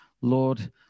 Lord